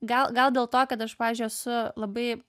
gal gal dėl to kad aš pavyzdžiui esu labai